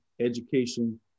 education